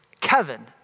Kevin